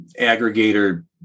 aggregator